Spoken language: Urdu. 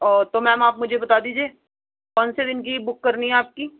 اور تو میم آپ مجھے بتا دیجیے کون سے دِن کی بک کرنی ہے آپ کی